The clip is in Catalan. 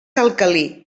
alcalí